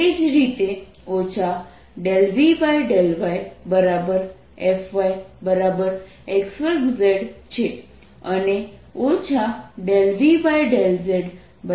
એ જ રીતે ∂V∂yFyx2z છે અને ∂V∂z Fzx2y છે